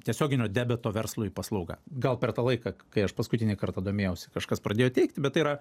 tiesioginio debeto verslui paslauga gal per tą laiką kai aš paskutinį kartą domėjausi kažkas pradėjo teikti bet tai yra